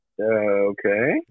Okay